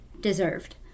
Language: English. deserved